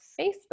Facebook